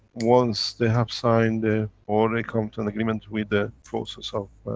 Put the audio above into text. once they have signed the. or they come to an agreement with the process of.